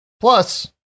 plus